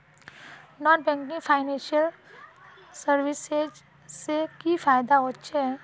Non बैंकिंग फाइनेंशियल सर्विसेज से की फायदा होचे?